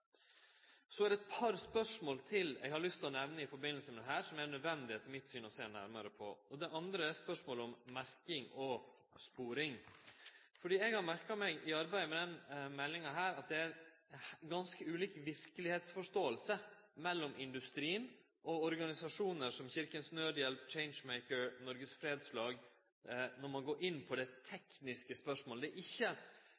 Så er det eit par spørsmål til eg har lyst til å nemne i samband med dette, som etter mitt syn er nødvendig å sjå nærare på. Det andre er då spørsmålet om merking og sporing. Eg har merka meg i arbeidet med denne meldinga at det er ganske ulik verkelegheitsforståing mellom industrien og organisasjonar som Kirkens Nødhjelp, Changemaker og Norges Fredslag når ein går inn på dei tekniske spørsmåla. Eg vil vel seie at det